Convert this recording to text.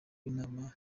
w’inama